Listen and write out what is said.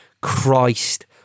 Christ